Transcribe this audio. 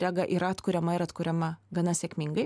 rega yra atkuriama ir atkuriama gana sėkmingai